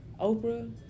Oprah